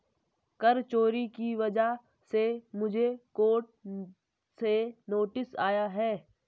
कर चोरी की वजह से मुझे कोर्ट से नोटिस आया है